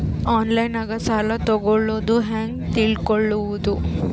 ಆನ್ಲೈನಾಗ ಸಾಲ ತಗೊಳ್ಳೋದು ಹ್ಯಾಂಗ್ ತಿಳಕೊಳ್ಳುವುದು?